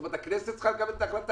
הכנסת צריכה לקבל את ההחלטה?